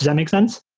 that make sense?